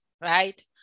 right